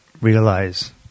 realize